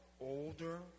older